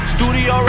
Studio